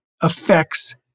affects